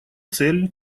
цель